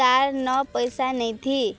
ତାର୍ ନ ପଇସା ନେଇଥି